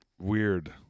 weird